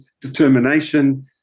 determination